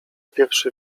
pierwszy